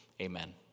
Amen